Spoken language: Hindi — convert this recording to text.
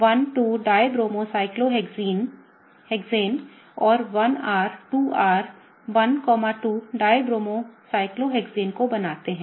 हम 1S 2S 1 2dibromocyclohexane और 1R 2R 1 2 dibromocyclohexane को बनाते हैं